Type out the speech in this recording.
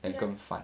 and 跟饭